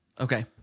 Okay